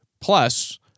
Plus